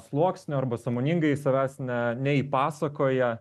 sluoksnio arba sąmoningai savęs ne neįpasakoja